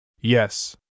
Yes